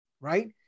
right